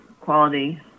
quality